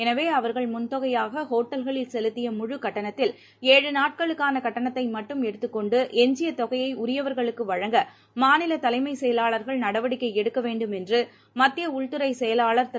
எனவே அவர்கள் முன் தொகையாக ஒட்டல்களில் செலுத்திய முழு கட்டணத்தில் ஏழு நாட்களுக்கான கட்டணத்தை மட்டும் எடுத்துக்கொண்டு எஞ்சிய தொகையை உரியவர்களுக்கு வழங்க மாநில தலைமை செயலாளர்கள் நடவடிக்கை எடுக்க வேண்டும் என்று மத்திய உள்துறை செயலாளர் திரு